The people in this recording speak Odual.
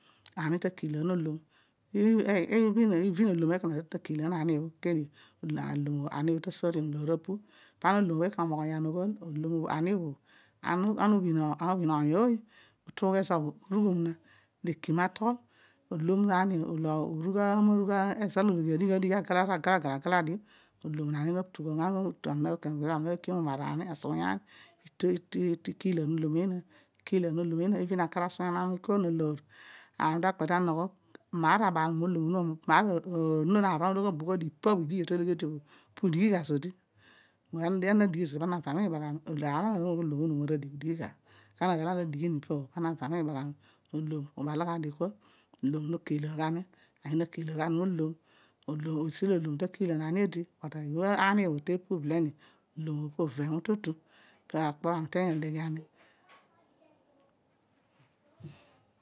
Ani ta iriilan olom, even oloom obho ekona ta tueni akiilan ani bho ani bho ta soorom loor opu, pana olom bho ekona omeghonyan oghol ana ubhin oong ooy. Ne kunughiom na olo olaima atol, olo orugh amorugh olo ezo ologhi adigh adigh olo rugh agola gala gala dio kamem kamem ami nanogho marani ikiom ami nakiom a asughu yaan molo eedi kieghiilan, akar asughuyaan na ami na loor, ami ta upete kol kuq maar abal olom onuma maar anon okpo obho odi aghol idigha to loghi odi bho ka na aghi na digh mozapo iph bhe pu loghor aghol ana na va bagham, olo ubal gha dio kua olom mo kilaan gha ni, ani na kilaan gha ni modon esilo olom ta kilaan ani odi but ibha nni bho ta pu beleni olom odi po ovemu to tu